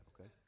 okay